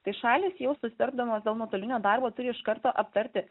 tai šalys jau susitardamos dėl nuotolinio darbo turi iš karto aptarti